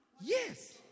Yes